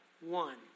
one